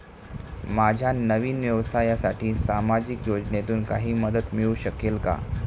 माझ्या नवीन व्यवसायासाठी सामाजिक योजनेतून काही मदत मिळू शकेल का?